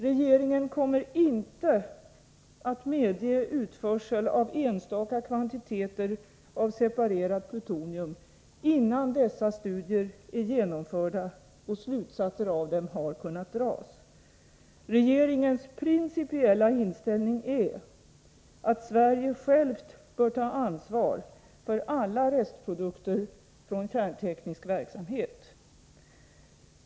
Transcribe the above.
Regeringen kommer inte att medge utförsel av enstaka kvantiteter av separerat plutonium, innan dessa studier är genomförda och slutsatser av dem har kunnat dras. Regeringens principiella inställning är att Sverige självt bör ta ansvar för alla restprodukter från kärnteknisk verksamhet.